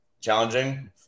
challenging